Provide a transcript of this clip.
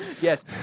Yes